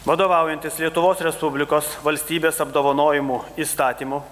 vadovaujantis lietuvos respublikos valstybės apdovanojimų įstatymu